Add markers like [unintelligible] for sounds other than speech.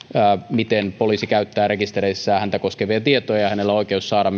miten poliisi käyttää rekistereissään häntä koskevia tietoja ja ja hänellä on myös oikeus saada [unintelligible]